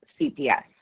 CPS